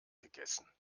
gegessen